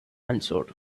answered